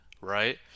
right